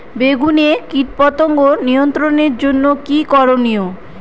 বেগুনে কীটপতঙ্গ নিয়ন্ত্রণের জন্য কি কী করনীয়?